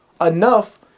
enough